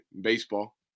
baseball